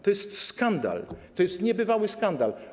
To jest skandal, to jest niebywały skandal.